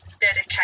dedicate